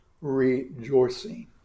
rejoicing